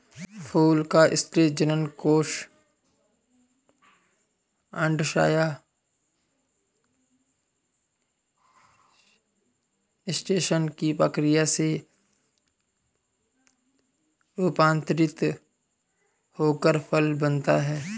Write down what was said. फूल का स्त्री जननकोष अंडाशय निषेचन की प्रक्रिया से रूपान्तरित होकर फल बनता है